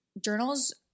journals